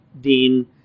Dean